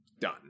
done